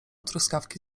truskawki